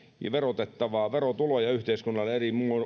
ja verotuloja yhteiskunnalle eri